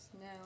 now